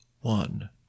one